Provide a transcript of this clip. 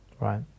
Right